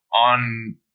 on